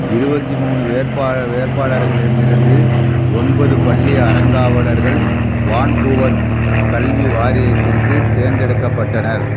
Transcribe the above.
இருபத்தி மூணு வேட்பாள வேட்பாளர்களிடமிருந்து ஒன்பது பள்ளி அறங்காவலர்கள் வான்கூவர் கல்வி வாரியத்திற்குத் தேர்ந்தெடுக்கப்பட்டனர்